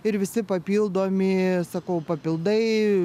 ir visi papildomi sakau papildai